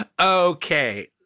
Okay